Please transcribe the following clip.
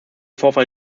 vorfall